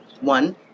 One